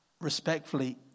Respectfully